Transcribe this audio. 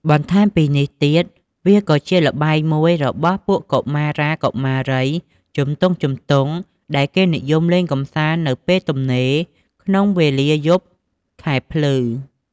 បន្ថែមពីនេះទៀតវាក៏ជាល្បែងមួយរបស់ពួកកុមារាកុមារីជំទង់ៗ ដែលគេនិយមលេងកម្សាន្តនៅពេលទំនេរ ក្នុងវេលាយប់ខែភ្លឺ។